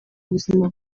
buzima